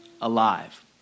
alive